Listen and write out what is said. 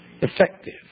effective